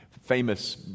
famous